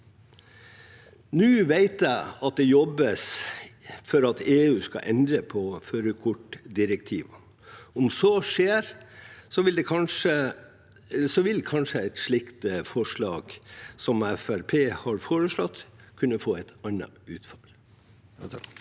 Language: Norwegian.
Nå vet jeg at det jobbes for at EU skal endre på førerkortdirektivet. Om så skjer, vil kanskje et slikt forslag som Fremskrittspartiet har foreslått, kunne få et annet utfall.